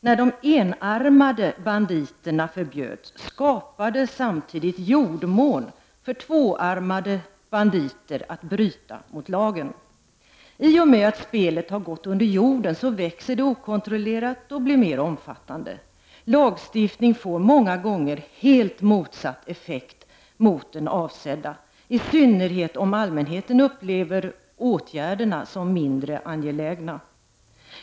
När de enarmade banditerna förbjöds skapades samtidigt jordmån för tvåarmade banditer att bryta mot lagen. I och med att spelet gått under jorden, växer det okontrollerat och blir mer omfattande. Lagstiftning får många gånger helt motsatt effekt mot den avsedda, i synnerhet om allmänheten upplever åtgärderna som mindre angelägna.